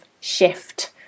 shift